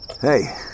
Hey